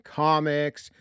comics